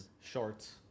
shorts